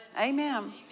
Amen